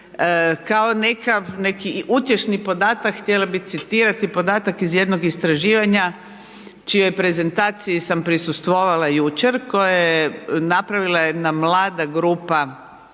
kao neki utješni podatak, htjela bi citirati podatak iz jednog istraživanja čijoj prezentaciji sam prisustvovala jučer koja je napravila jedna mlada grupa